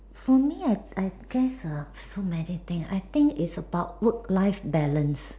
for me I I guess uh so many thing I think is about work life balance